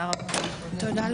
הישיבה ננעלה בשעה 13:06.